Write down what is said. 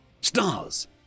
Stars